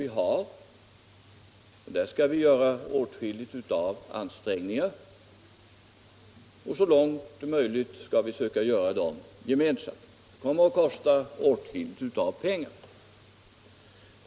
Det är nödvändigt att i det fallet göra åtskilliga ansträngningar, och så långt som möjligt skall vi försöka göra dem gemensamt. Det kommer att kosta åtskilligt med pengar.